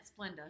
Splenda